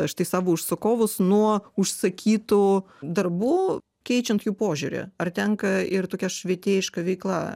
štai savo užsakovus nuo užsakytų darbų keičiant jų požiūrį ar tenka ir tokia švietėjiška veikla